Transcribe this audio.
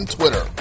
Twitter